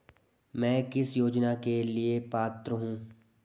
मैं किस योजना के लिए पात्र हूँ?